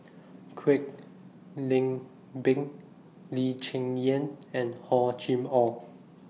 Kwek Leng Beng Lee Cheng Yan and Hor Chim Or